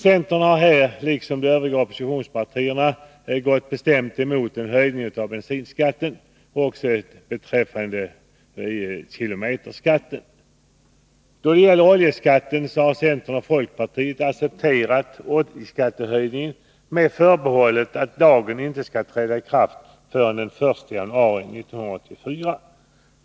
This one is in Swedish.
Centern har liksom de övriga oppositionspartierna gått bestämt emot en höjning av bensinskatten och kilometerskatten. Då det gäller oljeskatten har centern och folkpartiet accepterat höjningen men med förbehållet att lagen inte skall träda i kraft förrän den 1 januari 1984.